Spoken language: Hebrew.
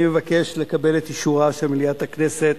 אני מבקש לקבל את אישורה של מליאת הכנסת